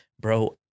bro